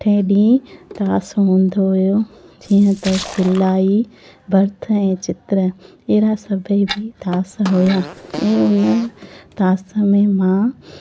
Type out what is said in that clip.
अठे ॾींह टास हूंदो हुयो जीअं त सिलाई ॿर्थ ऐं चित्र अहिड़ा सभेई बि टास हुयां ऐं उन टास में मां